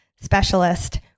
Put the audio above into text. specialist